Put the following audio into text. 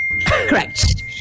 Correct